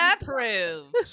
approved